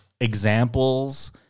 examples